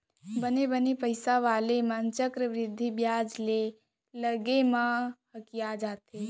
बने बने पइसा वाले मन चक्रबृद्धि बियाज के लगे म हकिया जाथें